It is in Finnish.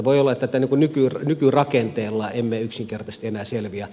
voi olla että nykyrakenteella emme yksinkertaisesti enää selviä